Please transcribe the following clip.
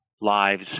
lives